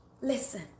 listen